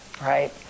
Right